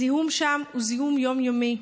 הזיהום שם הוא זיהום יומיומי,